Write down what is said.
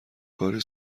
کاری